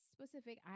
specific